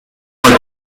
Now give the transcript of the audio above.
lower